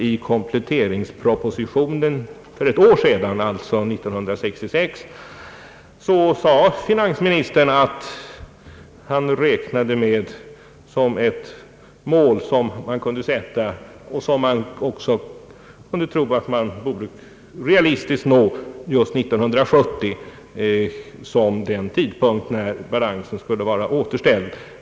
I kompletteringspropositionen för ett år sedan, alltså 1966, sade finansministern att 1970 var den tidpunkt som man kunde ställa som mål och som man också relastiskt kunde nå, då balansen skulle vara återställd.